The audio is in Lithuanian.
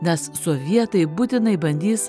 nes sovietai būtinai bandys